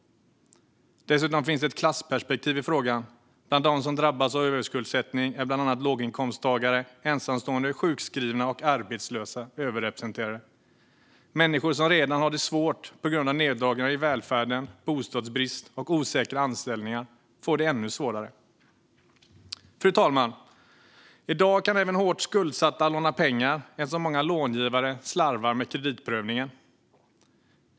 Dessutom finns det ett klassperspektiv i frågan. Bland dem som drabbas av överskuldsättning är bland annat låginkomsttagare, ensamstående, sjukskrivna och arbetslösa överrepresenterade. Människor som redan har det svårt på grund av neddragningar i välfärden, bostadsbrist och osäkra anställningar får det ännu svårare. Fru talman! I dag kan även hårt skuldsatta låna pengar eftersom många långivare slarvar med kreditprövningen.